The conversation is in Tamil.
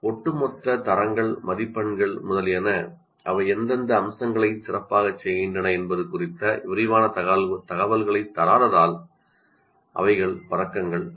ஒட்டுமொத்த தரங்கள் மதிப்பெண்கள் முதலியன பதக்கங்கள் அல்ல ஏனெனில் அவை எந்தெந்த அம்சங்களைச் சிறப்பாகச் செய்கின்றன என்பது குறித்த விரிவான தகவல்களைத் தரவில்லை